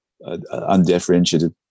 undifferentiated